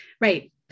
right